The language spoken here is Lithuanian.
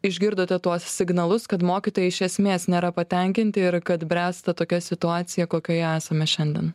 išgirdote tuos signalus kad mokytojai iš esmės nėra patenkinti ir kad bręsta tokia situacija kokioje esame šiandien